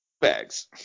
bags